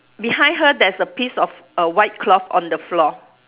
behind her there's a piece of a white cloth on the floor